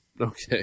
Okay